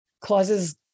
causes